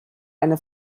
eine